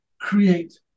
create